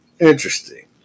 Interesting